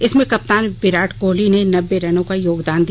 इसमें कप्तान विराट कोहली ने नब्बे रनों का योगदान दिया